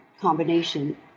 combination